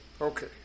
Okay